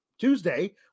Tuesday